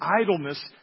idleness